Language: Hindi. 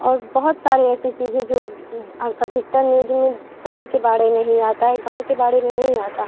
और बहुत सारी ऐसी चीज़े हैं जो अधिकतर न्यूज में शहर के बाडरे में ही आता है गाँव के बाडरे में नहीं आता